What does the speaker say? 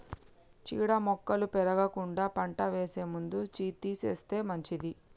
చీడ మొక్కలు పెరగకుండా పంట వేసే ముందు తీసేస్తే మంచిది